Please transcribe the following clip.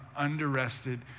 underrested